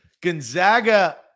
Gonzaga